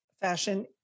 fashion